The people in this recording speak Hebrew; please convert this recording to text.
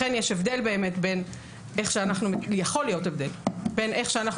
לכן יכול באמת להיות הבדל בין איך שאנחנו